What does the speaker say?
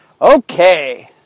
Okay